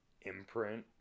Imprint